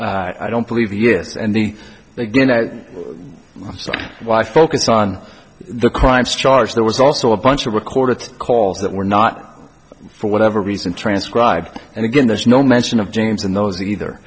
no i don't believe yes and the again why focus on the crimes charge there was also a bunch of recorded calls that were not for whatever reason transcribed and again there's no mention of james in those either